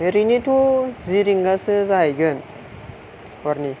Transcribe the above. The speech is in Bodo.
ओरैनोथ' जि रिंगासो जाहैगोन हरनि